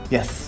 Yes